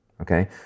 okay